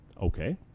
Okay